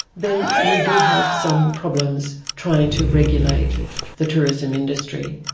then we do have some problems trying to regulate the tourism industry.